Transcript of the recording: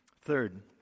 Third